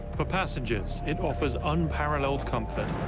for passengers it offers unparalleled comfort.